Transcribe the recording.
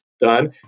done